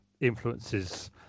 influences